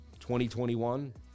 2021